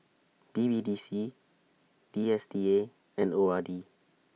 B B D C D S T A and O R D